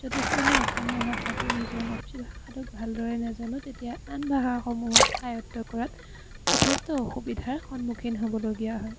যদিহে আমি অসমীয়া ভাষাটো নিজৰ মাতৃভাষাটোক ভালদৰে নাজানো তেতিয়া আন ভাষাসমূহক আয়ত্ব কৰাত যথেষ্ট অসুবিধাৰ সন্মুখীন হ'বলগীয়া হয়